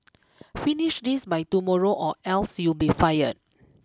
finish this by tomorrow or else you'll be fired